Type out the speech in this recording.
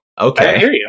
Okay